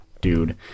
dude